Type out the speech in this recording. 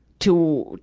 to,